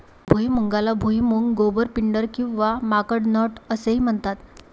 भुईमुगाला भुईमूग, गोबर, पिंडर किंवा माकड नट असेही म्हणतात